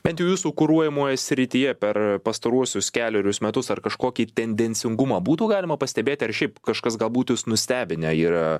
bet jau jūsų kuruojamoje srityje per pastaruosius kelerius metus ar kažkokį tendencingumą būtų galima pastebėti ar šiaip kažkas galbūt jus nustebinę yra